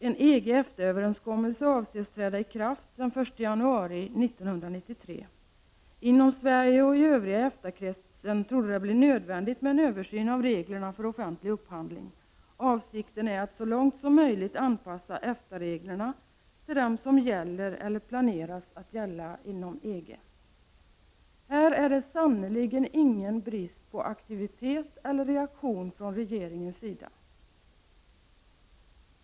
En EG-EFTA-överenskommelse avses träda i kraft den 1 januari 1993. Inom Sverige och i övriga EFTA-kretsen torde det bli nödvändigt med en översyn av reglerna för offentlig upphandling. Avsikten är att så långt som möjligt anpassa EFTA reglerna till dem som gäller eller planeras att gälla inom EG.” Här är det sannerligen ingen brist på aktivitet eller reaktion från regeringens sida.